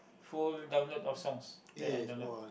full download of songs that I download